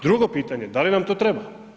Drugo pitanje, da li nam to treba?